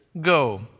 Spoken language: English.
go